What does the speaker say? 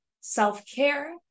self-care